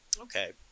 Okay